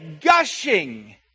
gushing